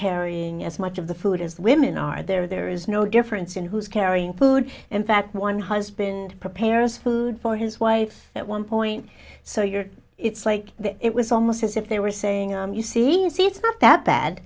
carrying as much of the food as women are there there is no difference in who's carrying food in fact one husband prepares food for his wife at one point so you're it's like it was almost as if they were saying you see you see it's not that bad